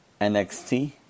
nxt